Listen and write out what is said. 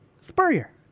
Spurrier